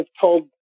told